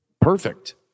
perfect